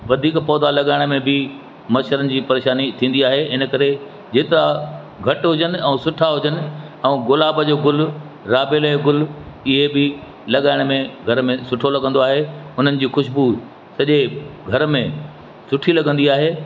वधीक पौधा लॻाइण में बि मच्छरनि जी परेशानी थींदी आहे इन करे जेतिरा घटि हुजनि ऐं सुठा हुजनि ऐं गुलाब जो गुल राबेल जो गुल इहे बि लॻाइण में घर में सुठो लॻंदो आहे उन्हनि जी ख़ुशबू सॼे घर में सुठी लॻंदी आहे